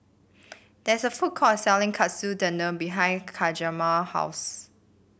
there is a food court selling Katsu Tendon behind Hjalmar house